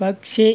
పక్షి